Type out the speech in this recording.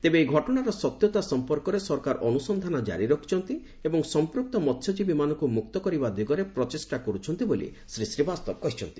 ତେବେ ଏହି ସଟଣାର ସତ୍ୟତା ସମ୍ପର୍କରେ ସରକାର ଅନ୍ତ୍ରସନ୍ଧାନ କାରି ରଖିଛନ୍ତି ଏବଂ ସମ୍ପୁକ୍ତ ମସ୍ୟଜୀବୀମାନଙ୍କ ମୁକ୍ତ କରିବା ଦିଗରେ ପ୍ରଚେଷ୍ଟା କର୍ରଛନ୍ତି ବୋଲି ଶ୍ରୀ ଶ୍ରୀବାସ୍ତବ କହିଛନ୍ତି